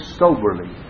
soberly